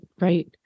right